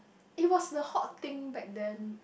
it was the hot thing back then